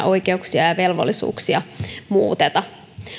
oikeuksia ja velvollisuuksia muuteta